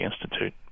Institute